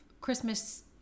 christmas